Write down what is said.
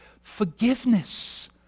Forgiveness